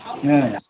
ନାଇଁ ଆଜ୍ଞା